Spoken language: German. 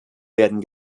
werden